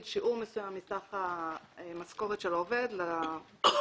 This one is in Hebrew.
שיעור מסוים מסך המשכורת של העובד לפיקדון,